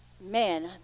Man